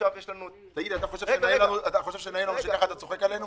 אתה חושב שנעים לנו שככה אתה צוחק עלינו,